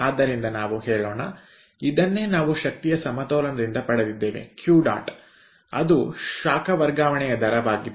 ಆದ್ದರಿಂದ ನಾವು ಹೇಳೋಣ ಇದನ್ನೇ ನಾವು ಶಕ್ತಿಯ ಸಮತೋಲನದಿಂದ ಪಡೆಯುತ್ತೇವೆ ಇದು ಕ್ಯೂ ಡಾಟ್ ಅದು ಶಾಖ ವರ್ಗಾವಣೆಯ ದರವಾಗಿದೆ